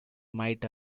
might